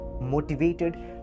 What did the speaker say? motivated